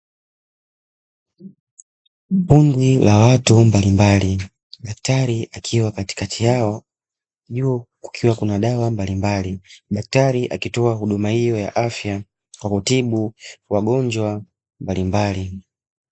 Kundi la watu mbalimbali daktari akiwa katikati yao juu kukiwa kuna dawa mbalimbali, daktari akitoa huduma hiyo ya afya kwa kutibu wagonjwa mbalimbali.